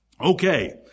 Okay